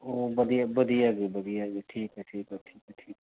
ਉਹ ਵਧੀਆ ਵਧੀਆ ਜੀ ਵਧੀਆ ਜੀ ਠੀਕ ਹੈ ਠੀਕ ਹੈ ਠੀਕ ਹੈ ਠੀਕ